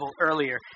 earlier